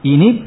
Ini